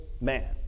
man